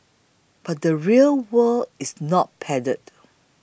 but the real world is not padded